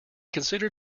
considered